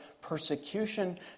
persecution